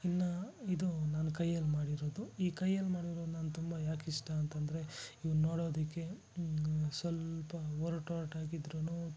ಇನ್ನು ಇದು ನಾನು ಕೈಯಲ್ಲಿ ಮಾಡಿರೋದು ಈ ಕೈಯಲ್ಲಿ ಮಾಡಿರೋದು ನಾನು ತುಂಬ ಯಾಕೆ ಇಷ್ಟ ಅಂತಂದ್ರೆ ಇವು ನೋಡೋದಕ್ಕೆ ಸ್ವಲ್ಪ ಒರಟೊರ್ಟಾಗಿದ್ರೂ